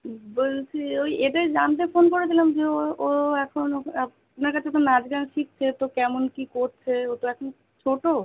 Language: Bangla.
বলছি ওই এটাই জানতে ফোন করেছিলাম যে ও ও এখন আপনার কাছে তো নাচ গান শিখছে তো কেমন কী করছে ও তো এখন ছোটো